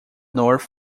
north